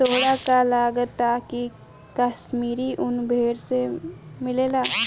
तोहरा का लागऽता की काश्मीरी उन भेड़ से मिलेला